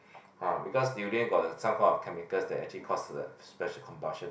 ah because durian got some kind of chemical that actually cause the special combustion